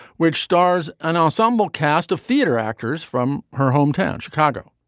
which stars an ensemble cast of theatre actors from her hometown, chicago.